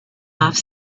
off